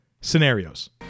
scenarios